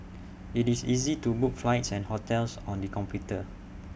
IT is easy to book flights and hotels on the computer